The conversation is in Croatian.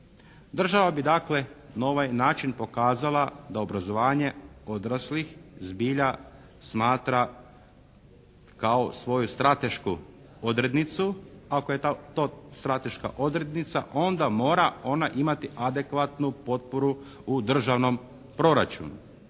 Država bi dakle na ovaj način pokazala da obrazovanje odraslih zbilja smatra kao svoju stratešku odrednicu ako je to strateška odrednica onda mora ona imati adekvatnu potporu u državnom proračunu.